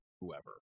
whoever